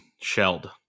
shelled